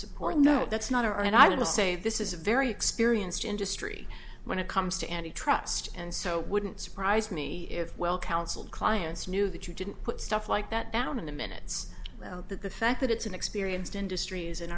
support no that's not are and i will say this is a very experienced industry when it comes to any trust and so wouldn't surprise me if well counseled clients knew that you didn't put stuff like that down in the minutes that the fact that it's an experienced industry is an